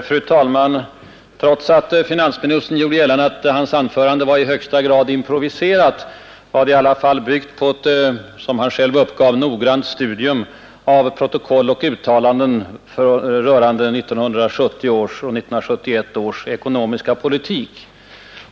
Fru talman! Trots att finansministern gjorde gällande att hans anförande var i högsta grad improviserat var det i alla fall byggt på som han själv uppgav ett noggrant studium av protokoll och uttalanden rörande 1970 och 1971 års ekonomiska politik.